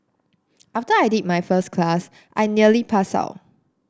after I did my first class I nearly passed out